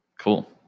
cool